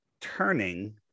turning